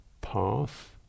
path